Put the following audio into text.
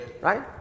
right